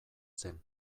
zen